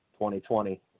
2020